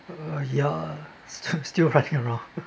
uh ya still still running around